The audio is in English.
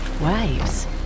waves